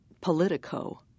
politico